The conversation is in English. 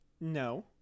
No